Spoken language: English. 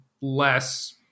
less